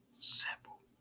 simple